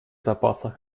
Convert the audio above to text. запасах